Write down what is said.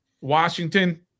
Washington